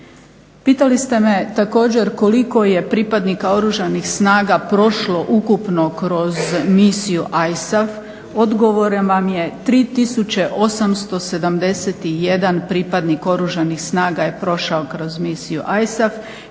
Pitali ste me također koliko je pripadnika Oružanih snaga prošlo ukupno kroz Misiju ISAF. Odgovor vam je 3871 pripadnik Oružanih snaga je prošao kroz Misiju ISAF